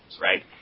right